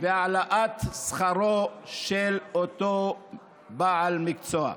חיזוק מעמדו האקדמי והעלאת שכרו של אותו בעל מקצוע.